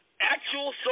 actual